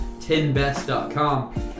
10best.com